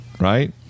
right